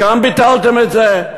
כאן ביטלתם את זה.